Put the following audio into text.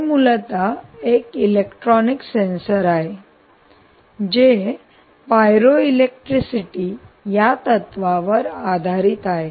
हे मूलत एक इलेक्ट्रॉनिक सेन्सर आहे जे पायरो इलेक्ट्रिसिटी या तत्त्वावर आधारित आहे